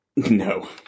No